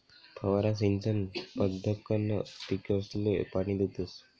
फवारा सिंचन पद्धतकंन पीकसले पाणी देतस